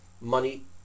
money